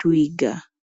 twiga.